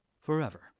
forever